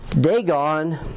Dagon